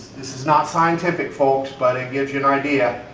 this is not scientific folks, but it gives you an idea.